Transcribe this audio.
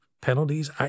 penalties